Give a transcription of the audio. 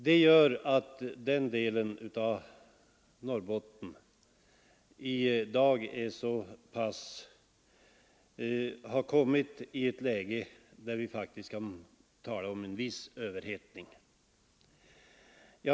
Detta gör att den delen av Norrbotten i dag har kommit i ett läge där vi faktiskt kan tala om en viss överhettning.